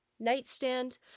nightstand